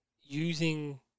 using